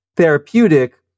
Therapeutic